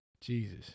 Jesus